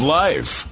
life